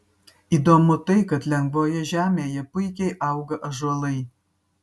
įdomu tai kad lengvoje žemėje puikiai auga ąžuolai